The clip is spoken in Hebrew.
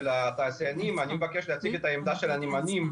של התעשיינים ואני מבקש להציג את העמדה של הנמענים,